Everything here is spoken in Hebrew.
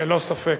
ללא ספק.